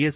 S